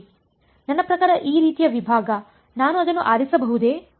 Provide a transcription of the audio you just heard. ನನ್ನ ಪ್ರಕಾರ ಈ ರೀತಿಯ ವಿಭಾಗ ನಾನು ಅದನ್ನು ಆರಿಸಬಹುದೇ